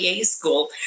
school